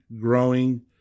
growing